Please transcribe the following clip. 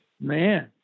Man